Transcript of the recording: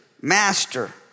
master